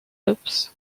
hips